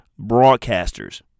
broadcasters